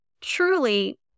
truly